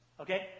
Okay